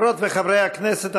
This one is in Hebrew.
חברות וחברי הכנסת,